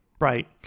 Right